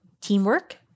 teamwork